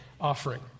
offering